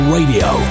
Radio